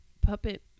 puppet